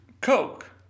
Coke